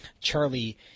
Charlie